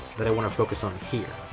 that i want to focus on here.